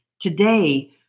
Today